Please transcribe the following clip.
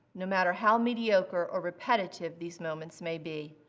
no matter how mediocre or repetitive these moments may be.